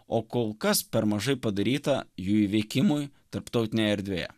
o kol kas per mažai padaryta jų veikimui tarptautinėje erdvėje